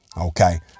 Okay